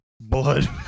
blood